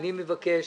אני מבקש